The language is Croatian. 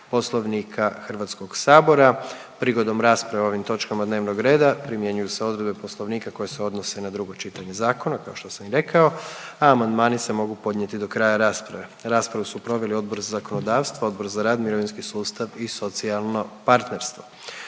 Poslovnika Hrvatskoga sabora. Prigodom rasprave o ovim točkama dnevnog reda primjenjuju se odredbe Poslovnika koje se odnose na drugo čitanje zakona kao što sam rekao. Amandmani se mogu podnijeti do kraja rasprave. Raspravu su proveli Odbor za zakonodavstvo, Odbor za rad, mirovinski sustav i socijalno partnerstvo.